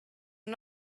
and